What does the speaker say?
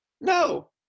No